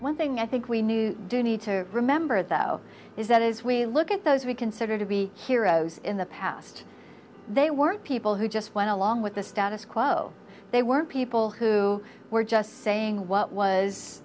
one thing i think we new do need to remember though is that as we look at those we consider to be heroes in the past they weren't people who just went along with the status quo they were people who were just saying what was